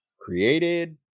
created